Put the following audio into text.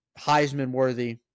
Heisman-worthy